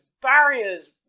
barriers